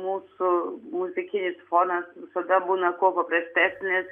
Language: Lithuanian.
mūsų muzikinis fonas visada būna kuo paprastesnis